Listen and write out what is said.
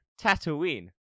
Tatooine